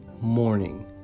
morning